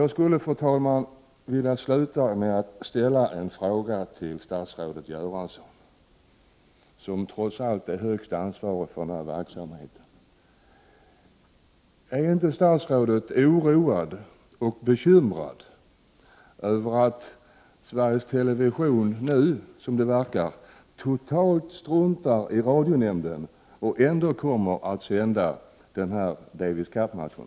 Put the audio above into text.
Jag vill avsluta med att ställa en fråga till statsrådet Göransson som trots allt är högste ansvarige för denna verksamhet: Är inte statsrådet oroad och bekymrad över att Sveriges television nu tycks totalt strunta i radionämndens beslut och alltså avser att sända Davis Cup-matchen?